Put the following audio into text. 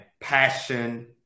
passion